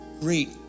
great